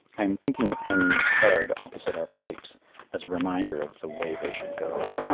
i am thinking of hanging the card opposite our pipes as a reminder of the way they should go.